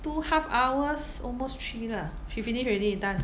two half hours almost three lah she finish already done